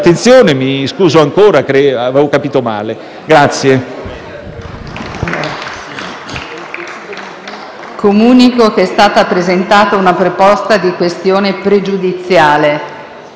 Comunico che è stata presentata una questione pregiudiziale.